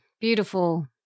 Beautiful